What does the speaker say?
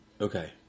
Okay